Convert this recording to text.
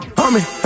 homie